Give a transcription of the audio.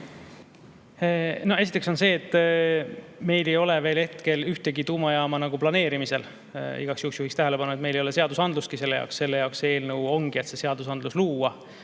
Esiteks on see, et meil ei ole veel hetkel ühtegi tuumajaama planeerimisel. Igaks juhuks juhin tähelepanu, et meil ei ole seadusandlustki selle jaoks. Selle jaoks see eelnõu ongi, et see seadusandlus luua.